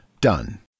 Done